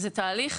זה תהליך